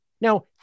Now